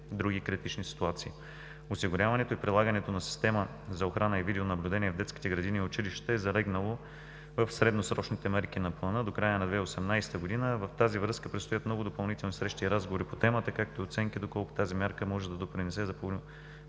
други критични ситуации. Осигуряването и прилагането на система за охрана и видеонаблюдение в детските градини и училищата е залегнало в средносрочните мерки на плана до края на 2018 г. В тази връзка предстоят много допълнителни срещи и разговори по темата, както и оценки доколко тази мярка може да допринесе за